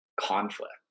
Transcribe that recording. conflict